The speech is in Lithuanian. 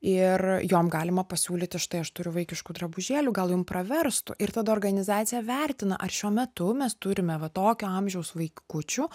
ir jom galima pasiūlyti štai aš turiu vaikiškų drabužėlių gal jum praverstų ir tada organizacija vertina ar šiuo metu mes turime va tokio amžiaus vaikučių